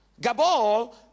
Gabal